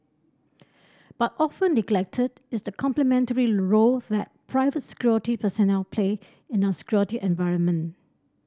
but often neglected is the complementary role that private security personnel play in our security environment